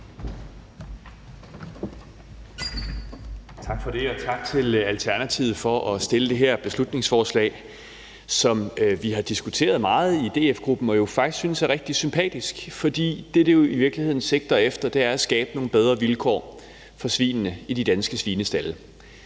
Tak for det, og tak til Alternativet for at fremsætte det her beslutningsforslag, som vi har diskuteret meget i DF-gruppen. Vi synes, det er rigtig sympatisk, for det, det i virkeligheden sigter efter, er at skabe nogle bedre vilkår for svinene i de danske svinestalde.